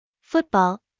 Football